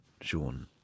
Sean